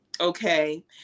Okay